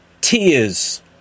Tears